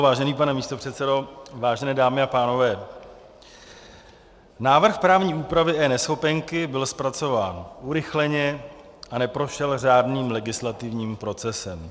Vážený pane místopředsedo, vážené dámy a pánové, návrh právní úpravy eNeschopenky byl zpracován urychleně a neprošel řádným legislativním procesem.